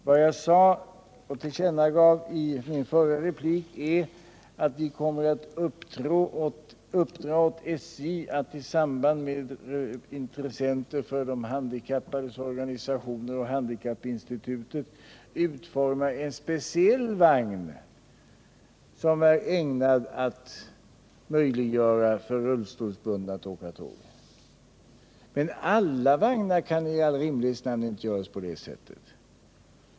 Vad jag tillkännagav i min förra replik var att vi kommer att uppdra åt SJ att i samråd med representanter för de handikappades organisationer och Handikappinstitutet utforma en speciell vagn som är ägnad att möjliggöra för rullstolsbundna att åka tåg. Men alla vagnar kan i all rimlighets namn inte göras på det sättet.